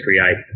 create